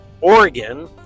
Oregon